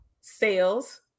sales